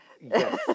Yes